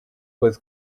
with